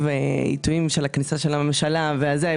עיתויים של הכניסה של הממשלה החדשה.